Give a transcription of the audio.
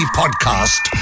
podcast